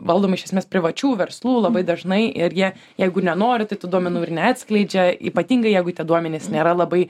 valdomi iš esmės privačių verslų labai dažnai irgi jeigu nenori tai tų duomenų ir neatskleidžia ypatingai jeigu tie duomenys nėra labai